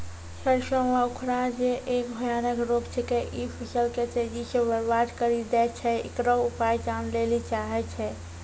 सरसों मे उखरा जे एक भयानक रोग छिकै, इ फसल के तेजी से बर्बाद करि दैय छैय, इकरो उपाय जाने लेली चाहेय छैय?